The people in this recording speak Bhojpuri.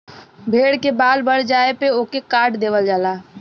भेड़ के बाल बढ़ जाये पे ओके काट देवल जाला